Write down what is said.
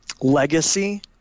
legacy